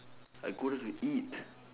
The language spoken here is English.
I go there to eat